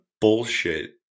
bullshit